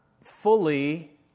fully